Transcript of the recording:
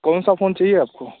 कौन सा फ़ोन चाहिए आपको